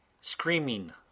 screaming